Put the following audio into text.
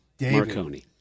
Marconi